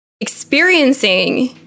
experiencing